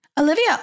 Olivia